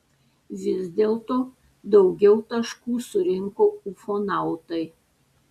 vis dėlto daugiau taškų surinko ufonautai